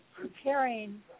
preparing